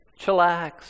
Chillax